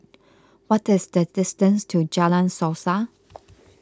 what is the distance to Jalan Suasa